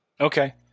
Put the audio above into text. Okay